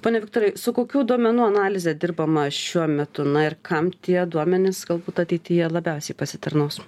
pone viktorai su kokių duomenų analize dirbama šiuo metu na ir kam tie duomenys galbūt ateityje labiausiai pasitarnaus